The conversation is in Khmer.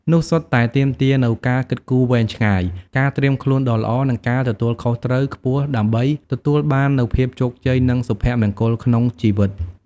នោះសុទ្ធតែទាមទារនូវការគិតគូរវែងឆ្ងាយ ការត្រៀមខ្លួនដ៏ល្អ និងការទទួលខុសត្រូវខ្ពស់ដើម្បីទទួលបាននូវភាពជោគជ័យ និងសុភមង្គលក្នុងជីវិត។